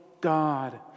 God